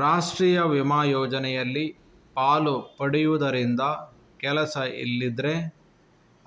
ರಾಷ್ಟೀಯ ವಿಮಾ ಯೋಜನೆಯಲ್ಲಿ ಪಾಲು ಪಡೆಯುದರಿಂದ ಕೆಲಸ ಇಲ್ದಿದ್ರೆ